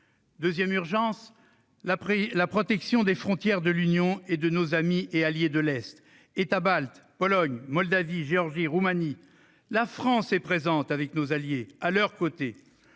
autre urgence : la protection des frontières de l'Union et de nos amis et alliés de l'Est- États baltes, Pologne, Moldavie, Géorgie et Roumanie. La France est présente auprès de ses alliés et